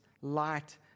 light